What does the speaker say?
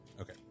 Okay